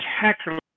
spectacular